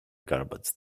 garbage